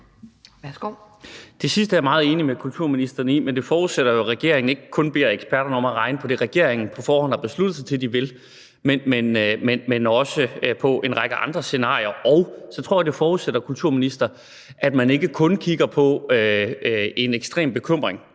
Det sidste er jeg meget enig med kulturministeren i, men det forudsætter jo, at regeringen ikke kun beder eksperterne om at regne på det, regeringen på forhånd har besluttet sig til den vil, man også på en række andre scenarier. Og så tror jeg, at det forudsætter, vil jeg sige til kulturministeren, at man ikke kun kigger på en ekstrem bekymring